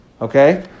Okay